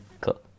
cool